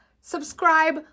subscribe